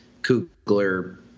kugler